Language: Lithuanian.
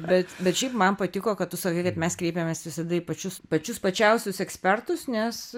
bet bet šiaip man patiko kad tu sakei kad mes kreipėmės visada į pačius pačius plačiausius ekspertus nes